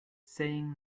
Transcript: saying